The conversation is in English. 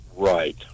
Right